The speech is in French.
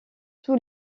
tous